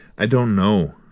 i don't know,